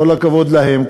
כל הכבוד להם,